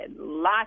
lots